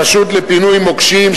הרשות לפינוי מוקשים,